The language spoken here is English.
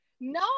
No